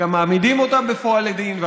וגם מעמידים אותם בפועל לדין,